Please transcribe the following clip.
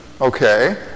okay